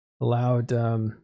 allowed